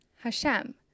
Hashem